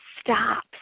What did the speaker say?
stop